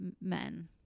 men